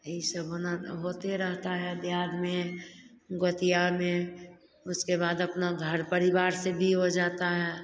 यही सब होना होते रहेता है दियाद में गोतिया में उसके बाद अपना घर परिवार से भी हो जाता है